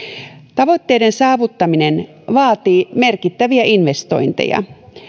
tavoitteiden saavuttaminen vaatii merkittäviä investointeja